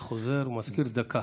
אני חוזר ומדגיש: דקה.